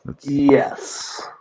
Yes